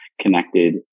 connected